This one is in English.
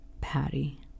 Patty